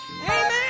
Amen